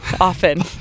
often